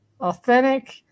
authentic